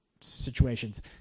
situations